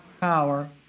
power